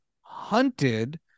hunted